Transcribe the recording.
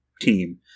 team